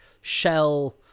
shell